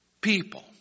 people